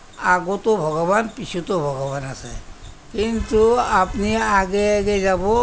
আগতো ভগৱান পিছতো ভগৱান আছে কিন্তু আপুনি আগে আগে যাব